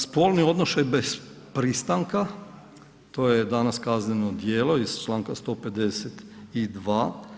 Spolni odnošaj bez pristanka, to je danas kazneno djelo iz čl. 152.